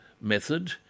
method